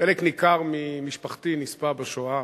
חלק ניכר ממשפחתי נספה בשואה,